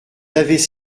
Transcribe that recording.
avaient